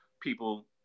people